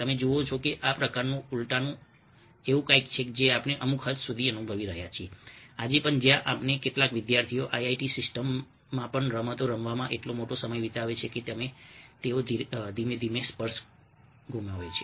તમે જુઓ છો કે આ પ્રકારનું ઉલટાનું એવું કંઈક છે જે આપણે અમુક હદ સુધી અનુભવી રહ્યા છીએ આજે પણ જ્યાં આપણા કેટલાક વિદ્યાર્થીઓ IIT સિસ્ટમમાં પણ રમતો રમવામાં એટલો મોટો સમય વિતાવે છે કે તેઓ ધીમે ધીમે સ્પર્શ ગુમાવે છે